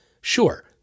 Sure